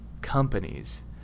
companies